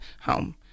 home